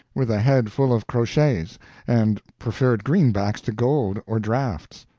with a head full of crotchets, and preferred greenbacks to gold or drafts.